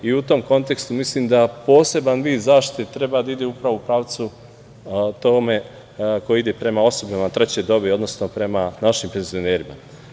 I u tom kontekstu mislim da poseban vid zaštite treba da ide upravo u pravcu tome koji ide prema osobama treće dobi, odnosno prema našim penzionerima.